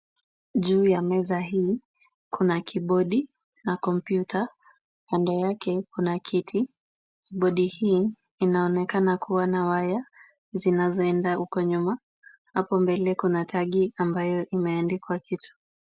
Juu ya meza hii kuna kibodi na kompyuta. Kando yake kuna kiti. Kibodi hii inaonekana kuwa na waya zinazoenda huko nyuma. Hapo mbele kuna tagi ambayo imeandikwa kitu.